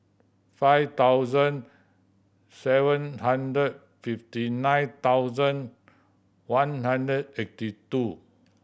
five thousand seven hundred fifty nine thousand one hundred eighty two